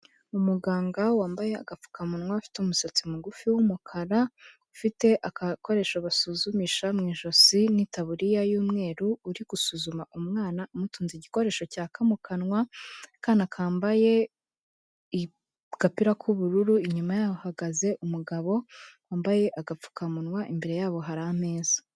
Umuganga wambaye agapfukamunwa afite umusatsi mugufi wumukara, ufite agakoresho basuzumisha mu ijosi n'itaburiya y'umweru uri gusuzuma umwana amutunze igikoresho cyaka mu kanwa, akana kakambaye agapira k'ubururu, inyuma yahagaze umugabo wambaye agapfukamunwa imbere yabo harira ameza.